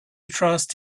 trust